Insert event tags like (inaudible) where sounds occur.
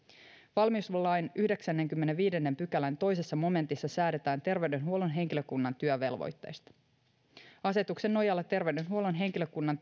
valmiuslain yhdeksännenkymmenennenviidennen pykälän toisessa momentissa säädetään terveydenhuollon henkilökunnan työvelvoitteista asetuksen nojalla terveydenhuollon henkilökunnan (unintelligible)